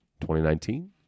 2019